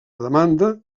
demanda